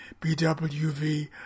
BWV